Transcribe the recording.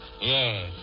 Yes